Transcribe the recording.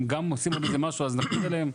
גם עושים עוד איזה משהו אז נכביד עליהם"?